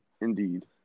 Indeed